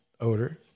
odor